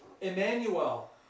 Emmanuel